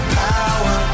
power